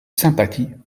sympathie